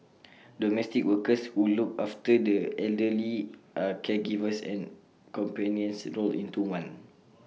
domestic workers who look after the elderly are caregivers and companions rolled into one